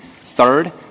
Third